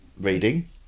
reading